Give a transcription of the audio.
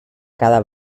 cada